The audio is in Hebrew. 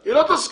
היא לא תסכים,